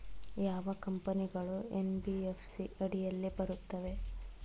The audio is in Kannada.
ಯಾವ ಕಂಪನಿಗಳು ಎನ್.ಬಿ.ಎಫ್.ಸಿ ಅಡಿಯಲ್ಲಿ ಬರುತ್ತವೆ?